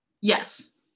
Yes